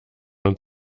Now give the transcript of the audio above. und